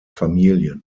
familien